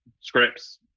scripts